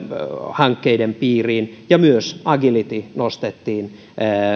hankkeiden piiriin ja myös agility nostettiin